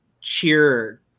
cheer